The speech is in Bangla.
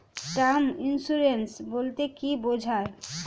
টার্ম ইন্সুরেন্স বলতে কী বোঝায়?